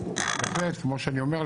ובהחלט כמו שאני אומר,